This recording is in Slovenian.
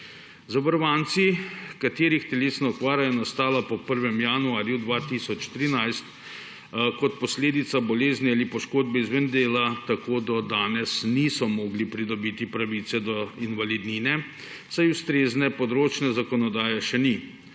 Zavarovanci, katerih telesna okvara je nastala po 1. januarju 2013 kot posledica bolezni ali poškodbe izven dela, tako do danes niso mogli pridobiti pravice do invalidnine, saj ustrezne področne zakonodaje še ni,